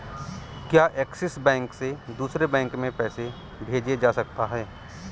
क्या Axis bank से दूसरे बैंक में पैसे भेजे जा सकता हैं?